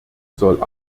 soll